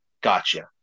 gotcha